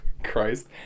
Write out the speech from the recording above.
Christ